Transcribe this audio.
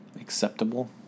acceptable